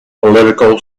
political